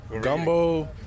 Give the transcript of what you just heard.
Gumbo